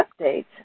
updates